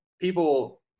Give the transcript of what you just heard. People